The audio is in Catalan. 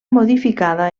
modificada